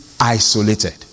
isolated